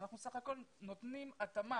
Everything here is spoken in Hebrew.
אנחנו בסך הכול נותנים התאמה